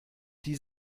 die